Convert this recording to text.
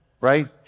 Right